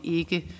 ikke